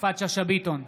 יפעת שאשא ביטון,